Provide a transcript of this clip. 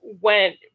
went